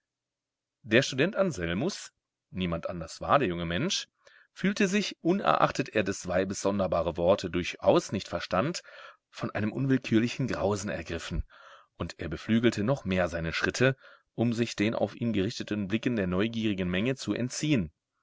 der student anselmus niemand anders war der junge mensch fühlte sich unerachtet er des weibes sonderbare worte durchaus nicht verstand von einem unwillkürlichen grausen ergriffen und er beflügelte noch mehr seine schritte um sich den auf ihn gerichteten blicken der neugierigen menge zu entziehen